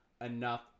Enough